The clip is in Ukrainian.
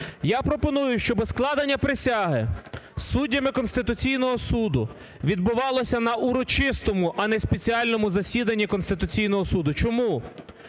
Я пропоную, щоби складення присяги суддями Конституційного Суду відбувалося на урочистому, а не спеціальному засіданні Конституційного Суду. Чому?